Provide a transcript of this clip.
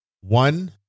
One